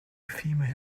female